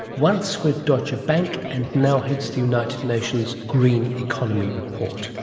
once with deutsche ah bank and now heads the united nation's green economy report